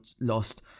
lost